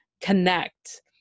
connect